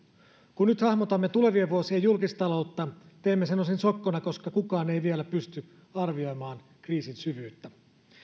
kun nyt hahmotamme tulevien vuosien julkistaloutta teemme sen osin sokkona koska kukaan ei vielä pysty arvioimaan kriisin syvyyttä